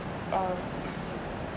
uh